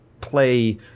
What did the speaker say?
play